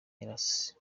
selassie